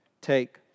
take